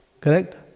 Correct